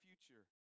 future